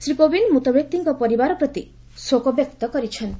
ଶ୍ରୀ କୋବିନ୍ଦ୍ ମୃତବ୍ୟକ୍ତିଙ୍କ ପରିବାର ପ୍ରତି ଶୋକବ୍ୟକ୍ତ କରିଛନ୍ତି